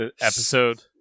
episode